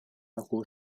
柴胡